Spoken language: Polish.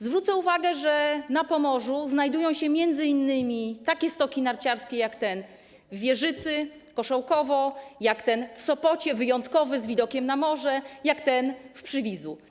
Zwrócę uwagę, że na Pomorzu znajdują się m.in. takie stoki narciarskie jak stok w Wieżycy-Koszałkowie, stok w Sopocie, wyjątkowy, z widokiem na morze, stok w Przywidzu.